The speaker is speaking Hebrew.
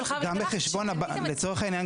לצורך העניין,